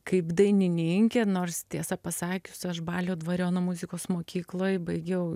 kaip dainininkė nors tiesą pasakius aš balio dvariono muzikos mokykloj baigiau